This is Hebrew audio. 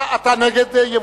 אתה נגד ייבוא סרטנים?